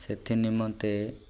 ସେଥି ନିମନ୍ତେ